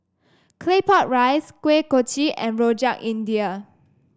Claypot Rice Kuih Kochi and Rojak India